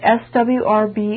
swrb